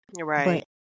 Right